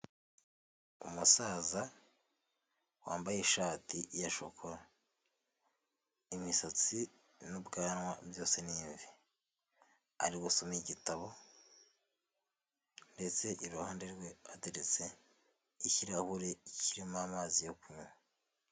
Umusaza wambaye ishati ya shokora imisatsi n'ubwanwa byose ni imvi ari gusoma igitabo ndetse iruhande rwe hateretse ikirahure kirimo amazi yo kunywa.